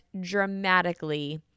dramatically